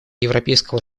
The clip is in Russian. европейского